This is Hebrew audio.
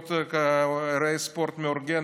אירועי ספורט מאורגנים,